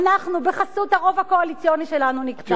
אנחנו, בחסות הרוב הקואליציוני שלנו, נקבע.